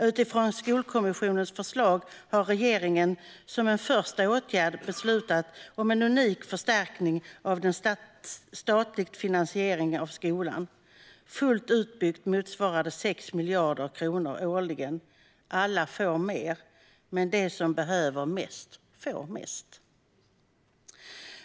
Utifrån Skolkommissionens förslag har regeringen som en första åtgärd beslutat om en unik förstärkning av den statliga finansieringen av skolan. Fullt utbyggt motsvarar den 6 miljarder kronor årligen. Alla får mer, men de som behöver mest får mest.